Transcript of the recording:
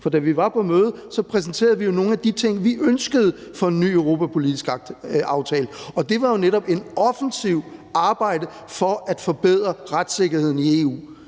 for da vi var på mødet, præsenterede vi jo nogle af de ting, vi ønskede for ny europapolitisk aftale, og det var jo netop en offensiv for at forbedre retssikkerheden i EU